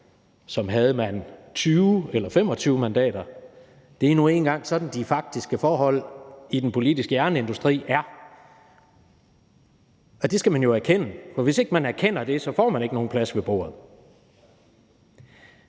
som havde man 20 eller 25 mandater. Det er nu engang sådan, de faktiske forhold i den politiske jernindustri er, og det skal man jo erkende. For hvis ikke man erkender det, får man ikke nogen plads ved bordet.